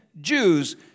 Jews